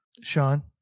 Sean